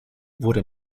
wurde